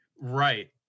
right